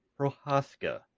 Prohaska